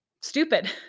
stupid